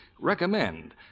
recommend